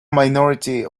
minority